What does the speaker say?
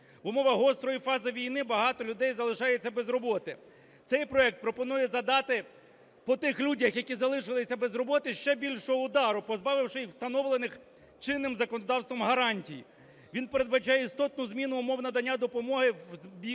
В умовах гострої фази війни багато людей залишаються без роботи. Цей проект пропонує завдати по тих людях, які залишилися без роботи, ще більшого удару, позбавивши їх встановлених чинним законодавством гарантій. Він передбачає істотну зміну умов надання допомоги в знак